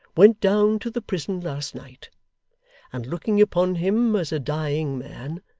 went down to the prison last night and looking upon him as a dying man,